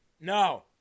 No